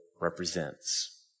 represents